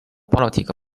political